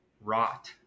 rot